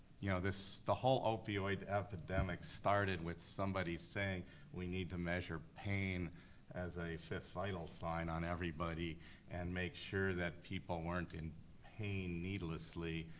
you know the whole opioid epidemic started with somebody saying we need to measure pain as a fifth vital sign on everybody and make sure that people weren't in pain needlessly,